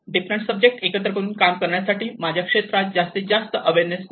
different subject एकत्र करून काम करण्यासाठी माझ्या क्षेत्रात जास्त अवेअरनेस नाही